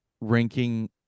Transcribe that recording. ranking